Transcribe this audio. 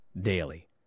Daily